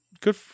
good